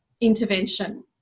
intervention